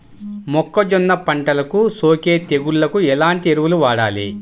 మొక్కజొన్న పంటలకు సోకే తెగుళ్లకు ఎలాంటి ఎరువులు వాడాలి?